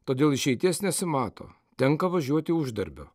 todėl išeities nesimato tenka važiuoti uždarbio